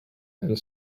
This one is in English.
and